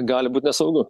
gali būt nesaugu